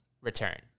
return